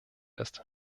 ist